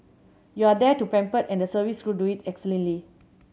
you are there to pampered and the service crew do it excellently